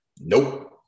Nope